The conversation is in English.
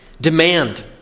demand